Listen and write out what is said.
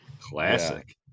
classic